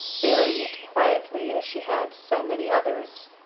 bearing it quietly as she had so many others.